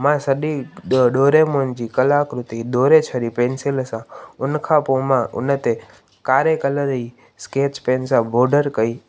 मां सॼी ॾ ॾोरेमोन जी कलाकृती ॾोरे छॾी पेंसिल सां उनखां पोइ मां उनते कारे कलर जी स्केच पेन सां बॉडर कई